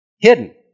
Hidden